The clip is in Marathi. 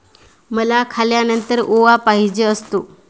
मला खाल्यानंतर ओवा पाहिजे असतो